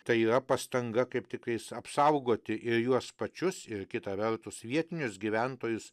tai yra pastanga kaip tikais apsaugoti ir juos pačius ir kita vertus vietinius gyventojus